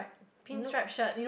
pin striped shirt